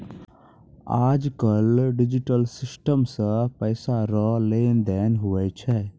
आज कल digital system से पैसा रो लेन देन हुवै छै